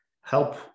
help